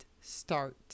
start